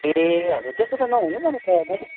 ए हजुर त्यस्तो त नहुनु पर्ने त मैले